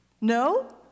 No